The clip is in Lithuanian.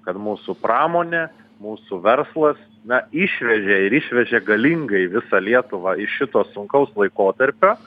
kad mūsų pramonė mūsų verslas na išvežė ir išvežė galingai visą lietuvą iš šito sunkaus laikotarpio